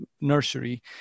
nursery